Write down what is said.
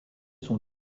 sont